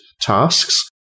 tasks